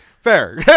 Fair